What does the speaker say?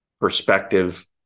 perspective